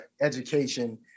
education